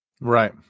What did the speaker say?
Right